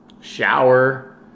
shower